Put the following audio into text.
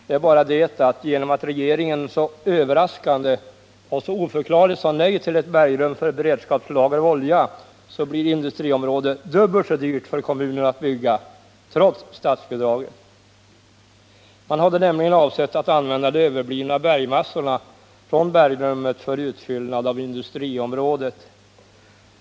Det är bara det att genom att regeringen så överraskande och oförklarligt sade nej till ett bergrum för ett beredskapslager av olja blir industriområdet dubbelt så dyrt för kommunen att bygga — trots statsbidraget. Man hade nämligen avsett att använda de överblivna bergmassorna från bergrummet för utfyllnad av industriområdet.